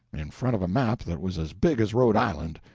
in front of a map that was as big as rhode island.